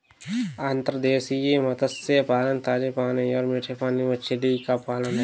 अंतर्देशीय मत्स्य पालन ताजे पानी और मीठे पानी में मछली का पालन है